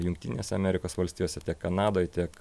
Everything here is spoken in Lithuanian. jungtinėse amerikos valstijose kanadoj tiek